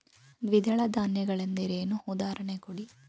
ದ್ವಿದಳ ಧಾನ್ಯ ಗಳೆಂದರೇನು, ಉದಾಹರಣೆ ಕೊಡಿ?